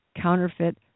counterfeit